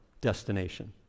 destination